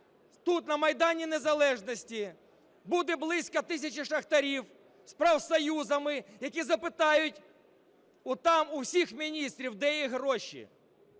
тут, на Майдані Незалежності, буде близько тисячі шахтарів з профсоюзами, які запитають там у всіх міністрів, де їх гроші.